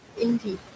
Indeed